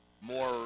more